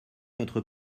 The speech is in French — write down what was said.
notre